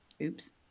Oops